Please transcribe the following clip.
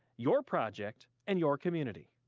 your project and your community.